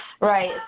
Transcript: Right